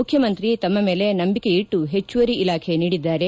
ಮುಖ್ಯಮಂತ್ರಿ ತಮ್ಮ ಮೇಲೆ ನಂಬಿಕೆ ಇಟ್ಟು ಹೆಚ್ಚುವರಿ ಇಲಾಖೆ ನೀಡಿದ್ದಾರೆ